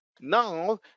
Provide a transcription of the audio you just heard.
now